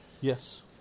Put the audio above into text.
Yes